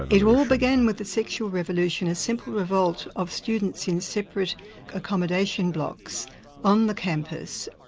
it all began with the sexual revolution, a simple revolt of students in separate accommodation blocks on the campus.